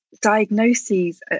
diagnoses